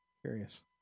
Curious